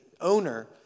owner